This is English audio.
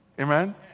Amen